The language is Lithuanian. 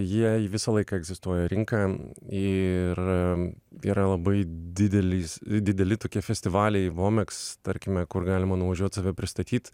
jie į visą laiką egzistuoja rinka ir yra labai didelis dideli tokie festivaliai vomeks tarkime kur galima nuvažiuot save pristatyt